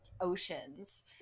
oceans